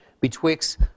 betwixt